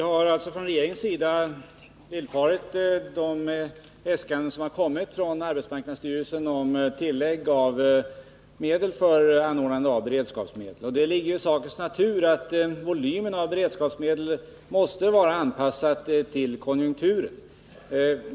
Herr talman! Från regeringens sida har vi villfarit arbetsmarknadsstyrelsens äskanden om tillägg av medel för anordnande av beredskapsarbeten. Det ligger i sakens natur att volymen av beredskapsmedel måste vara anpassad till rådande konjunktur.